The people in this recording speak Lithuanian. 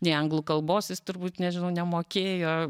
nei anglų kalbos jis turbūt nežinau nemokėjo